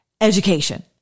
education